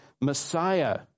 Messiah